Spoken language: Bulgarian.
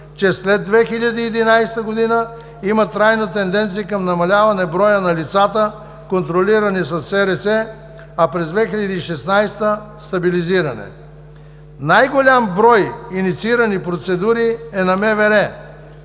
че след 2011 г. има трайна тенденция към намаляване броя на лицата, контролирани със СРС, а през 2016 г. – стабилизиране. Най-голям брой инициирани процедури е на МВР